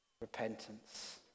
repentance